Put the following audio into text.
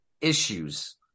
issues